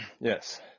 Yes